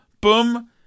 boom